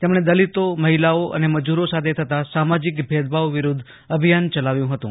તેમણે દલિતો મહિલાઓ અને મજૂરો સાથે થતા સામાજિક ભેદભાવ વિરુદ્ધ અભિયાન ચલાવ્યું હતું